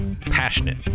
passionate